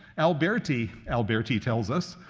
alberti, alberti tells us,